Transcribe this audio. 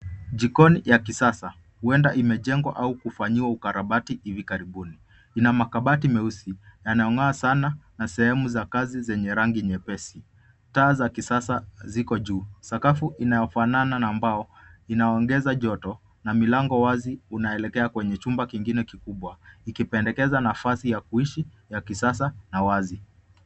Jikoni ya kisasa huenda imejengwa au kufanyiwa ukarabati hivi karibuni, ina makabati meusi inayong'aa sana na sehemu za kazi zenye rangi nyepesi, taa za kisasa ziko juu, sakafu inaofanana na mbao inaongeza joto na milango wazi una elekea kwenye chumba kingine kikubwa ikipendekeza nafasi ya kuishi ya kisasa na wazi.